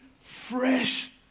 fresh